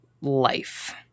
life